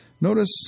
Notice